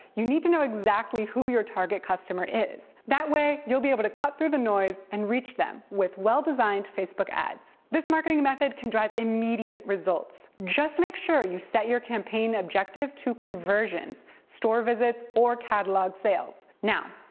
you need to know exactly who your target customer is. that way, you'll be able to cut through the noise and reach them with well-designed facebook ads. this marketing method can drive immediate results. just make sure you set your campaign objective to conversions, store visits, or catalog sales. now,